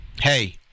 hey